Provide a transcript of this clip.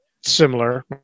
similar